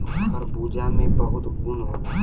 खरबूजा में बहुत गुन होला